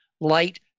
light